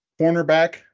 cornerback